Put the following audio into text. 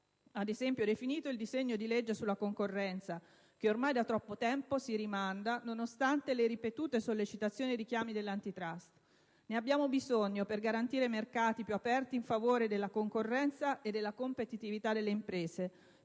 venga definito il disegno di legge sulla concorrenza che ormai da troppo tempo si rimanda, nonostante le ripetute sollecitazioni ed i richiami dell'Antitrust. Ne abbiamo bisogno per garantire mercati più aperti in favore della concorrenza e della competitività delle imprese,